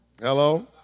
Hello